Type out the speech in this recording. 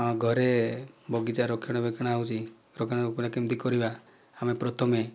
ହଁ ଘରେ ବଗିଚା ରକ୍ଷଣାବେକ୍ଷଣ ହେଉଛି ରକ୍ଷଣାବେକ୍ଷଣ କେମିତି କରିବା ଆମେ ପ୍ରଥମେ